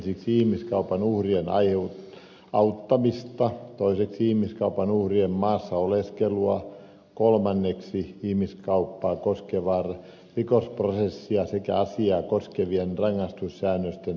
ensiksi ihmiskaupan uhrien auttamista toiseksi ihmiskaupan uhrien maassa oleskelua kolmanneksi ihmiskauppaa koskevaa rikosprosessia sekä asiaa koskevien rangaistussäännösten soveltamista